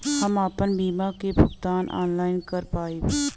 हम आपन बीमा क भुगतान ऑनलाइन कर पाईब?